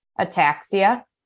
ataxia